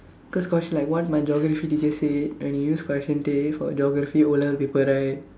cause cause like what my geography teacher said when you use correction tape for geography o-level paper right